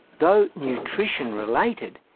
although nutrition-related,